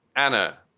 anna,